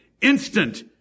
instant